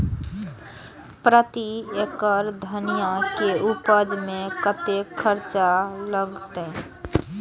प्रति एकड़ धनिया के उपज में कतेक खर्चा लगते?